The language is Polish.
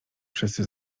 wszyscy